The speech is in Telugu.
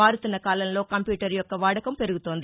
మారుతున్న కాలంలో కంప్యూటర్ యొక్క వాడకం పెరుగుతోంది